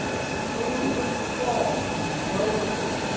true and false in lower case,